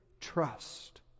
trust